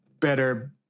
better